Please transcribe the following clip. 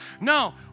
no